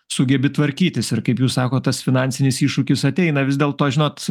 sugebi tvarkytis ir kaip jūs sakot tas finansinis iššūkis ateina vis dėlto žinot